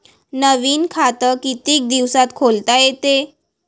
नवीन खात कितीक दिसात खोलता येते?